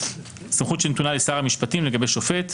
סמכות שנתונה לשר המשפטים לגבי השופט,